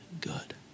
good